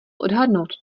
odhadnout